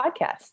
podcast